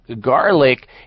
garlic